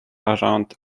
around